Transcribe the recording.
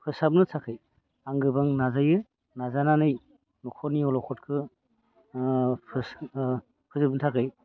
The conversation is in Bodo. फोसाबनो थाखाय आं गोबां नाजायो नाजानानै न'खरनि अल'खदखौ फोजोबनो थाखाय